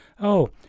Oh